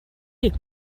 est